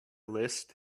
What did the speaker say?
list